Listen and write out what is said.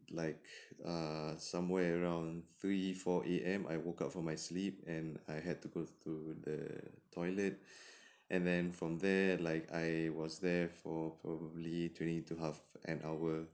like err somewhere around three four A_M I woke up from my sleep and I had to go to the toilet and then from there like I was there for probably twenty to half an hour